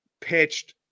pitched